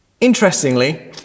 Interestingly